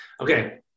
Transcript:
okay